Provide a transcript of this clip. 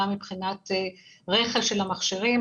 גם מבחינת רכש של המכשירים,